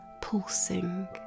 pulsing